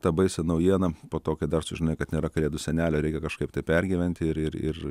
tą baisią naujieną po to kai dar sužinai kad nėra kalėdų senelio reikia kažkaip tai pergyventi ir ir ir